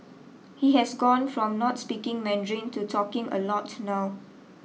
he has gone from not speaking Mandarin to talking a lot now